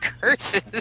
Curses